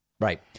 Right